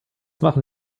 machen